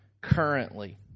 currently